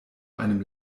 einem